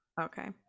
Okay